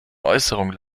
äußerungen